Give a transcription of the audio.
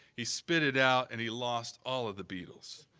he spit it out, and he lost all of the beetles.